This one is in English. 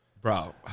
bro